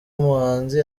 umuhanzi